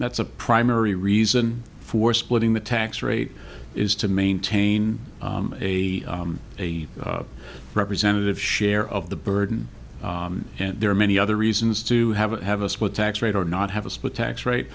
that's a primary reason for splitting the tax rate is to maintain a a representative share of the burden and there are many other reasons to have it have a split tax rate or not have a split tax rate